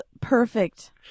perfect